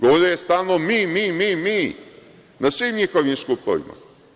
Govorio je stalno mi, mi, mi na svim njihovim skupovima.